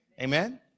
Amen